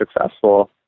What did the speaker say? successful